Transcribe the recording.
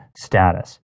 status